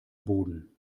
boden